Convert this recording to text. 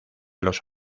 los